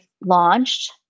launched